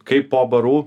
kaipo barų